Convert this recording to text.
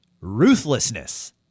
ruthlessness